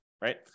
right